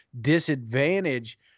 disadvantage